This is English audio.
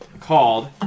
Called